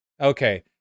Okay